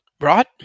right